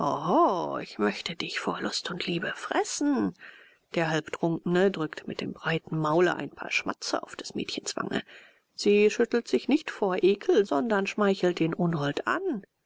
ich möchte dich vor lust und liebe fressen der halbtrunkene drückt mit dem breiten maule ein paar schmatze auf des mädchens wange sie schüttelt sich nicht vor ekel sondern schmeichelt den unhold an